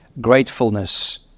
gratefulness